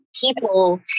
people